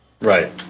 Right